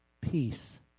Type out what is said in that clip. peace